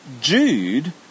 Jude